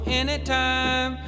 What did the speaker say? anytime